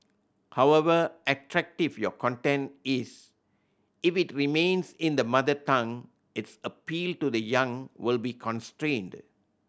however attractive your content is if it remains in the mother tongue its appeal to the young will be constrained